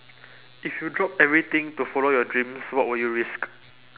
if you drop everything to follow your dreams what would you risk